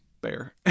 Bear